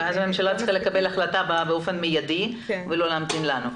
--- אז הממשלה צריכה לקבל החלטה באופן מיידי ולא להמתין לנו.